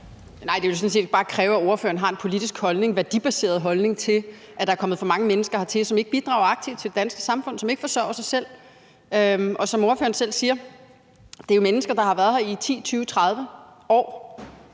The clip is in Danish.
Nej, det er vil sådan set bare kræve, at ordføreren har en værdibaseret politisk holdning til, at der er kommet for mange mennesker hertil, som ikke bidrager aktivt til det danske samfund, som ikke forsørger sig selv. Som ordføreren selv siger, er det mennesker, der har været her i 10, 20, 30 år